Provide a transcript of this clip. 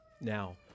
Now